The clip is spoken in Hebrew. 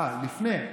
אה, לפני.